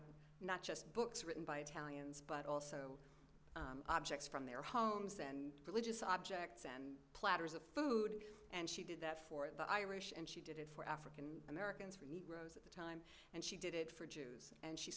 out not just books written by italians but also objects from their homes and villages objects and platters of food and she did that for the irish and she did it for african americans for negroes at the time and she did it for jews and she